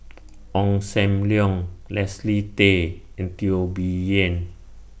Ong SAM Leong Leslie Tay and Teo Bee Yen